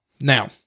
Now